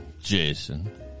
Jason